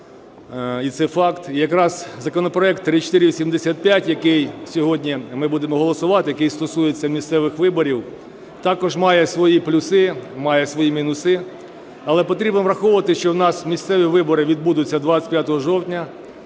І це факт. І якраз законопроект 3485, який сьогодні ми будемо голосувати, який стосується місцевих виборів, також має свої плюси, має свої мінуси. Але потрібно враховувати, що у нас місцеві вибори відбудуться 25 жовтня